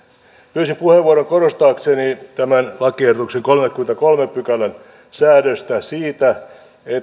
pyysin puheenvuoron korostaakseni tämän lakiehdotuksen kolmannenkymmenennenkolmannen pykälän säädöstä siitä